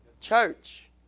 Church